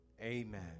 amen